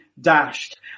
dashed